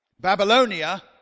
Babylonia